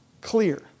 clear